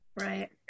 Right